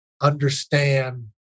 understand